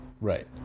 right